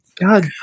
God